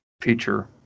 feature